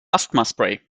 asthmaspray